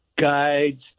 guides